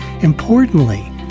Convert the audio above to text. importantly